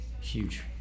Huge